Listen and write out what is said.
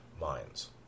minds